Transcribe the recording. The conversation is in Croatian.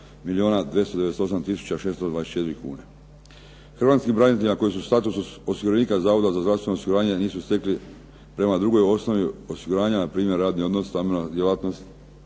624 kune. Hrvatskim braniteljima koji su u statusu osiguranika Zavoda za zdravstveno osiguranje a nisu stekli prema drugoj osnovi osiguranje, npr. radni odnos, samostalna djelatnost,